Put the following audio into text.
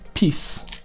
Peace